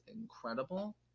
incredible